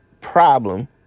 problem